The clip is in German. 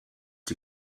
die